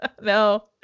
no